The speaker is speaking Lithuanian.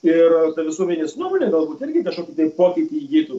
ir ta visuomenės nuomonę galbūt irgi kažkokį pokytį įgytų